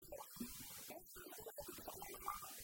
... איך להסביר את הפסוקים עצמם.